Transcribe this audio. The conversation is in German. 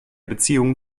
beziehungen